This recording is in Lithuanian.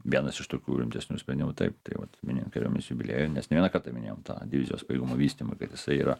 vienas iš tokių rimtesnių sprendimų taip tai vat minint kariuomenės jubiliejų nes ne vieną kartą minėjom tą divizijos pajėgumų vystymą kad jisai yra